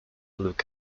look